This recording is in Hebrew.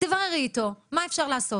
תבררי איתו מה אפשר לעשות.